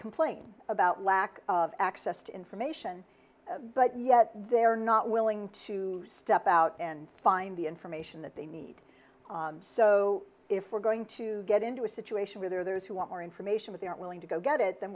complain about lack of access to information but yet they're not willing to step out and find the information that they need so if we're going to get into a situation where there are those who want more information that they are willing to go get it then